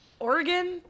Oregon